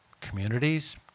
communities